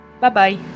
Bye-bye